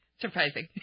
surprising